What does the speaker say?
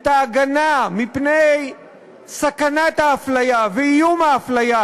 את ההגנה מפני סכנת ההפליה ואיום ההפליה